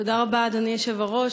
תודה רבה, אדוני היושב-ראש.